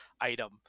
item